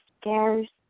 stairs